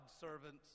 servants